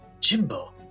Jimbo